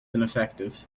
ineffective